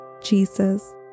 Jesus